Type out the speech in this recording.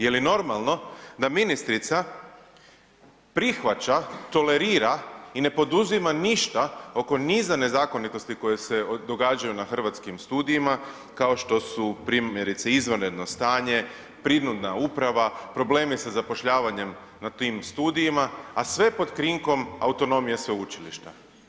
Je li normalno da ministrica prihvaća, tolerira i ne poduzima ništa oko niza nezakonitosti koje se događaju na Hrvatskim studijima kao što su primjerice izvanredno stanje, prinudna uprava, problemi sa zapošljavanjem na tim studijima, a sve pod krinkom autonomije sveučilišta?